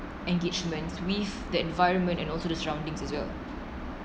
engagements with the environment and also the surroundings as well